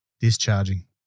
Discharging